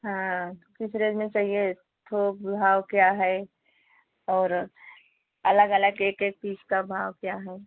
हाँ तो किस रेंज में चाहिए थोक भाव क्या है और अलग अलग एक एक पीस का भाव क्या है